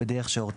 בדרך שהורתה.